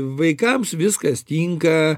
vaikams viskas tinka